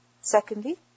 Secondly